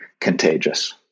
contagious